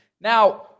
Now